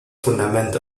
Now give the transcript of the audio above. fundament